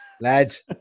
Lads